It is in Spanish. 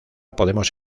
podemos